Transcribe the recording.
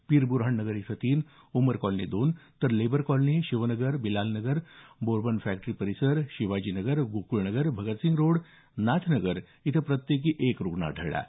पीरबुऱ्हाण नगर इथं तीन उमर कॉलनी दोन तर labour colony Shivnagar Bilal Nagar Bourbon factory परिसर शिवाजीनगर गोक्ळ नगर भगतसिंघ रोड नाथ नगर इथं प्रत्येकी एक रुग्ण आढळला आहे